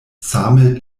same